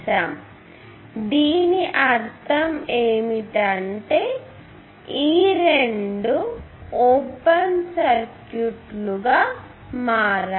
కాబట్టి దీని అర్థం ఏమిటి అంటే ఈ రెండు ఓపెన్ సర్క్యూట్లు గా మారాయి